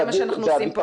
זה מה שאנחנו עושים.